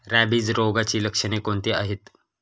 Rabies रोगाची लक्षणे कोणती आहेत?